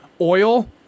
oil